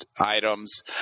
items